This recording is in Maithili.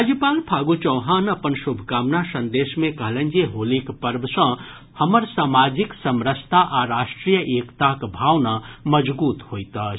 राज्यपाल फागू चौहान अपन शुभकामना संदेश मे कहलनि जे होलीक पर्व सँ हमर सामाजिक समरसता आ राष्ट्रीय एकताक भावना मजगूत होइत अछि